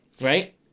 Right